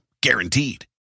Guaranteed